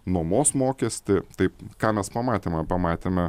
nuomos mokestį taip ką mes pamatėme pamatėme